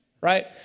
right